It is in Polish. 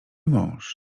mąż